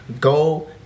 go